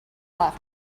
left